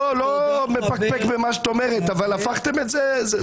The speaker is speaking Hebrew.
אני לא מפקפק במה שאת אומרת אבל הפכתם את זה לכלל.